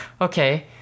okay